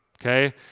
Okay